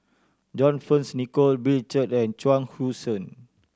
John Fearns Nicoll Bill Chen and Chuang Hui Tsuan